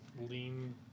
lean